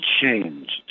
changed